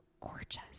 gorgeous